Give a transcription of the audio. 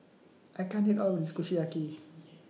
I can't eat All of This Kushiyaki